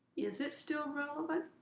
is it still relevant?